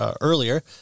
earlier